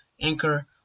anchor